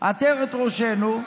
עטרת ראשנו.